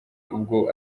ubwo